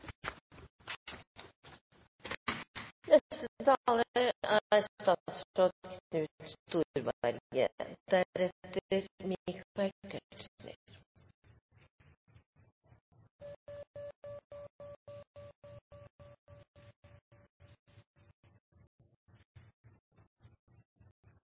Neste taler er statsråd Knut